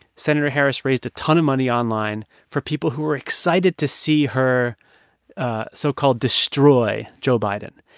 senator harris raised a ton of money online for people who were excited to see her ah so-called destroy joe biden.